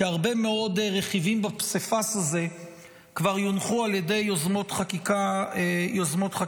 כי הרבה מאוד רכיבים בפסיפס הזה כבר יונחו על ידי יוזמות חקיקה פרטיות.